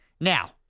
Now